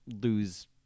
lose